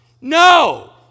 No